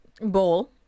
bowl